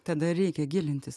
tada ir reikia gilintis